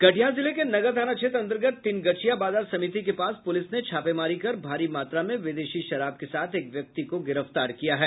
कटिहार जिले के नगर थाना क्षेत्र अंतर्गत तीन गछिया बाजार समिति के पास पुलिस ने छापेमारी कर भारी मात्रा में विदेशी शराब के साथ एक व्यक्ति को गिरफ्तार किया है